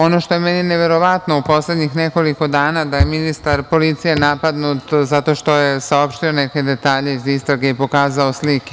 Ono što je meni neverovatno u poslednjih nekoliko dana, da je ministar policije napadnut zato što je saopštio neke detalje iz istrage i pokazao slike.